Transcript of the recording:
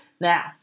Now